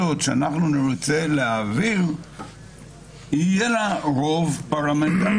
החוקה יהיה לה רוב פרלמנטרי.